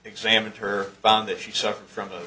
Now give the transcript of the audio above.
examined her found that she suffered from the